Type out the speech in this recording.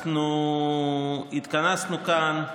אנחנו התכנסנו כאן,